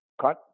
cut